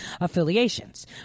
affiliations